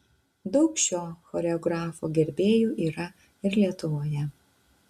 daug šio choreografo gerbėjų yra ir lietuvoje